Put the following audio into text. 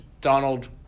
Donald